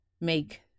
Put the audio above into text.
make